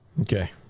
okay